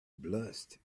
blushed